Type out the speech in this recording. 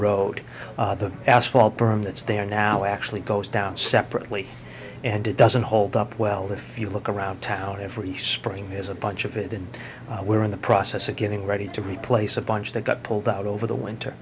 road the asphalt berm that's there now actually goes down separately and it doesn't hold up well the few look around town every spring has a bunch of it and we're in the process of getting ready to replace a bunch that got pulled out over the winter